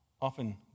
Often